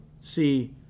see